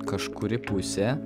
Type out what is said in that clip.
kažkuri pusė